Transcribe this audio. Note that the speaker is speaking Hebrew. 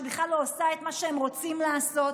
שבכלל לא עושה את מה שהם רוצים לעשות.